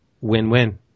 win-win